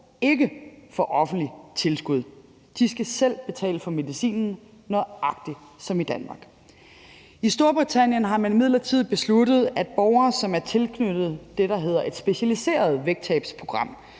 ikke få offentligt tilskud. De skal selv betale for medicinen nøjagtig som i Danmark. I Storbritannien har man imidlertid besluttet, at borgere, som er tilknyttet det, der hedder et specialiseret vægttabsprogram,